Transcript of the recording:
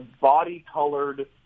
body-colored